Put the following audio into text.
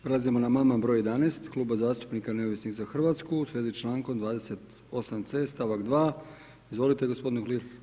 Prelazimo na amandman broj 11, Kluba zastupnika Neovisni za Hrvatsku u svezi s člankom 28. c stavak 2. Izvolite, gospodine Uhlir.